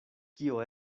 kio